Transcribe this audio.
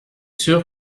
sûr